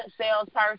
salesperson